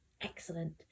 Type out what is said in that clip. Excellent